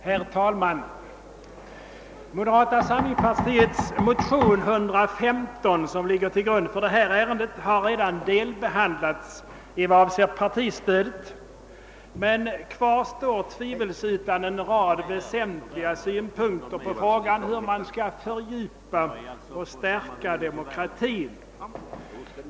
Herr talman! Motionen II:115 från moderata samlingspartiet, vilken ligger till grund för förevarande utskottsutlåtande, har redan delbehandlats i vad den avser frågan om partistöd, men kvar står en rad tvivelsutan väsentliga synpunkter på frågan hur man skall fördjupa och stärka demokratin.